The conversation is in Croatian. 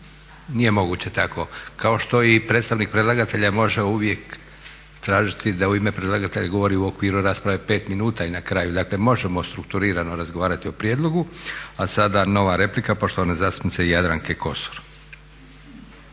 nije moguće tako. Kao što i predstavnik predlagatelja može uvijek tražiti da u ime predlagatelja govori u okviru rasprave 5 minuta i na kraju možemo dakle strukturirano razgovarati o prijedlogu. A sada nova replika poštovane zastupnice Jadranke Kosor.